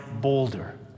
boulder